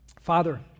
Father